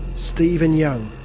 stephen young.